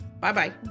Bye-bye